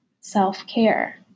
self-care